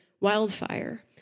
wildfire